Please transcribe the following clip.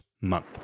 month